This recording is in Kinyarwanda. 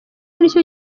nicyo